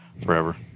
forever